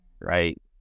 Right